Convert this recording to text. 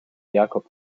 jakob